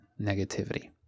negativity